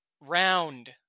round